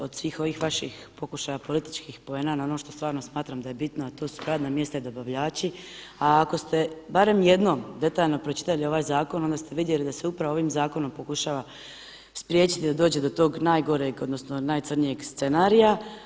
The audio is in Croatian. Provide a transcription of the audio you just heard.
Od svih ovih vaših pokušaja političkih poena na ono što stvarno smatram da je bitno, a to su radna mjesta i dobavljači, a ako ste barem jednom detaljno pročitali ovaj zakon onda ste vidjeli da se upravo ovim zakonom pokušava spriječiti da dođe do tog najgoreg, odnosno najcrnjeg scenarija.